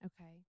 Okay